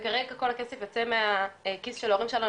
וכרגע כל הכסף יוצא מהכיס של ההורים שלנו,